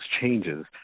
changes